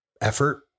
effort